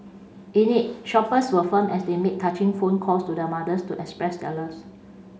in it shoppers were filmed as they made touching phone calls to their mothers to express their loves